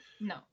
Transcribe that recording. No